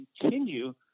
continue